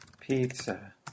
pizza